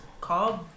called